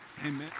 Amen